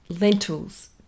lentils